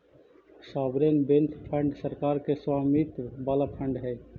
sovereign wealth fund सरकार के स्वामित्व वाला फंड हई